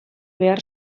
behar